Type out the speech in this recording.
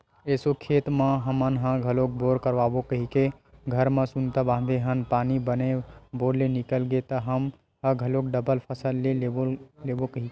एसो खेत म हमन ह घलोक बोर करवाबो कहिके घर म सुनता बांधे हन पानी बने बोर ले निकल गे त हमन ह घलोक डबल फसल ले लेबो कहिके